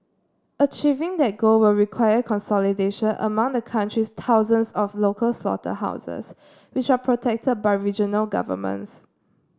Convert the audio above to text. achieving that goal will require consolidation among the country's thousands of local slaughterhouses which are protected by regional governments